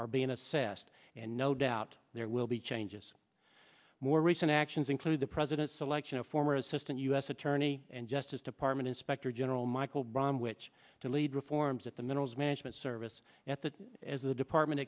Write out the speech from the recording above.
are being assessed and no doubt there will be changes more recent actions include the president's selection of former assistant u s attorney and justice department inspector general michael bromwich to lead reforms at the minerals management service at the as the department